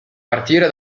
partire